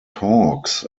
hawks